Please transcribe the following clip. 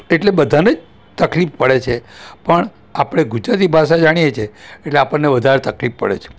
એટલે બધાને તકલીફ પડે છે પણ આપણે ગુજરાતી ભાષા જાણીએ છીએ એટલે આપણને વધારે તકલીફ પડે છે